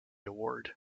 award